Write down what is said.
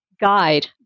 guide